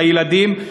את הילדים.